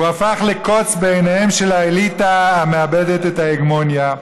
והוא הפך לקוץ בעיניה של האליטה המאבדת את ההגמוניה.